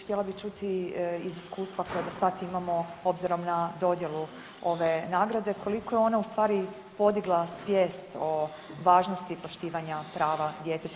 Htjela bih čuti iz iskustva koje do sad imamo obzirom na dodjelu ove nagrade koliko je ona u stvari podigla svijest o važnosti poštivanja prava djeteta.